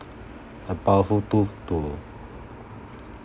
a powerful tool to